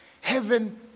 heaven